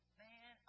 man